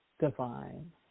divine